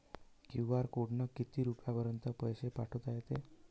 QR कोडनं किती रुपयापर्यंत पैसे पाठोता येते?